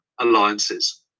alliances